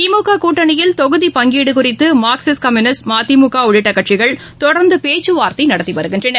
திமுககூட்டணியில் தொகுதி பங்கீடுகுறித்துமார்க்சிஸ்ட் கம்யூனிஸ்ட் மதிமுகஉள்ளிட்ட கட்சிகள் தொடர்ந்து பேச்சுவார்த்தைநடத்திவருகின்றன